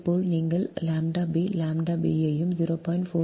இதேபோல் நீங்கள் ʎb ʎb ஐயும் 0